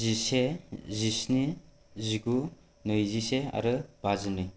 जिसे जिस्नि जिगु नैजिसे आरो बाजिनै